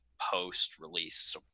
post-release